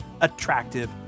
attractive